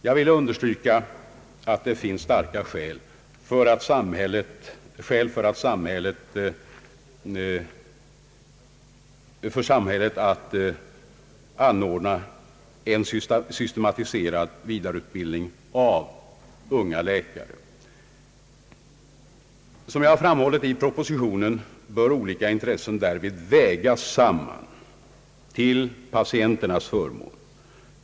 Jag vill understryka att det finns starka skäl för samhället att anordna en systematiserad vidareutbildning av unga läkare. Som jag framhållit i propositionen bör olika intressen därvid vägas samman till patienternas förmån.